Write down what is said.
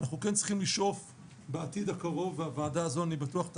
אנחנו כן צריכים לשאוף בעתיד הקרוב ואני בטוח שהוועדה